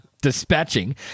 Dispatching